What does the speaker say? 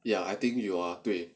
ya I think 有啊对